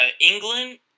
England